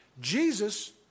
Jesus